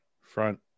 Front